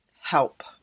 help